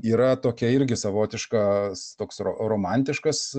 yra tokia irgi savotiškas toks ro romantiškas